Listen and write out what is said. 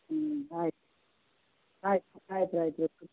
ಹ್ಞೂ ಆಯ್ತು ಆಯ್ತು ಆಯ್ತು ರೀ ಆಯ್ತು ರೀ ಇಡ್ತೇನ್